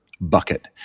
bucket